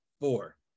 four